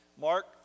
Mark